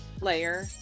layer